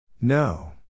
No